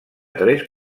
tres